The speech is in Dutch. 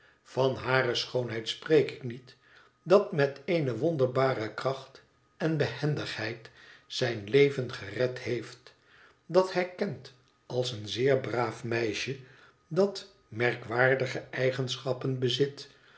van hare schoonheid spreek ik niet dat met eene wonderbare kracht en behendigheid zijn leven gered heeft dat hij kent als een zeer braaf meisje dat merkwaardige eigenschappen bezit